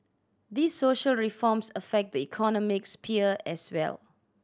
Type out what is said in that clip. these social reforms affect the economic sphere as well